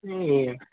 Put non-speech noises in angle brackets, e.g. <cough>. <unintelligible>